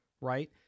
Right